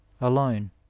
alone